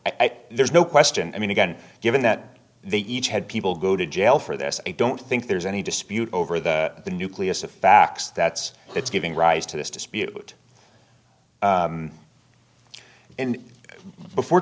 think there's no question i mean again given that they each had people go to jail for this i don't think there's any dispute over the nucleus of facts that's it's giving rise to this dispute and before